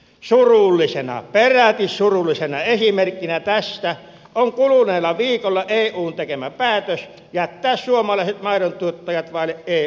surullisena peräti surullisena esimerkkinä tästä on kuluneella viikolla eun tekemä päätös jättää suomalaiset maidontuottajat vaille eu tukea